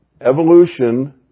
Evolution